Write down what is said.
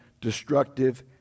destructive